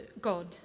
God